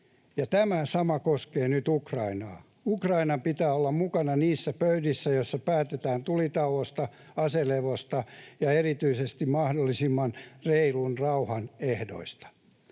tämä sama koskee nyt Ukrainaa. Ukrainan pitää olla mukana niissä pöydissä, joissa päätetään tulitauosta, aselevosta ja erityisesti mahdollisimman reilun rauhan ehdoista.